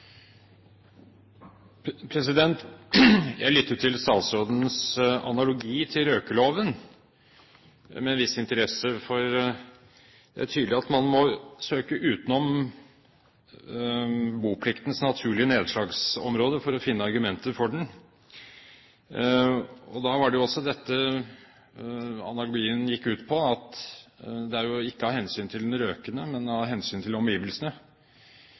tydelig at man må søke utenfor bopliktens naturlige nedslagsområde for å finne argumenter for den. Det var jo også dette analogien gikk ut på – at det ikke er av hensyn til den røkende, men av hensyn til omgivelsene.